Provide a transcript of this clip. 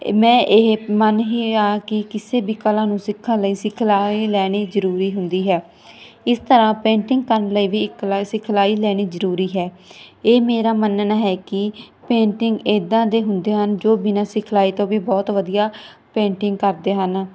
ਮੈਂ ਇਹ ਮੰਨ ਹੀ ਆ ਕਿ ਕਿਸੇ ਵੀ ਕਲਾ ਨੂੰ ਸਿੱਖਣ ਲਈ ਸਿਖਲਾਈ ਲੈਣੀ ਜ਼ਰੂਰੀ ਹੁੰਦੀ ਹੈ ਇਸ ਤਰ੍ਹਾਂ ਪੈਂਟਿੰਗ ਕਰਨ ਲਈ ਵੀ ਇੱਕ ਸਿਖਲਾਈ ਲੈਣੀ ਜ਼ਰੂਰੀ ਹੈ ਇਹ ਮੇਰਾ ਮੰਨਣਾ ਹੈ ਕਿ ਪੇਂਟਿੰਗ ਇੱਦਾਂ ਦੇ ਹੁੰਦੇ ਹਨ ਜੋ ਬਿਨਾਂ ਸਿਖਲਾਈ ਤੋਂ ਵੀ ਬਹੁਤ ਵਧੀਆ ਪੇਂਟਿੰਗ ਕਰਦੇ ਹਨ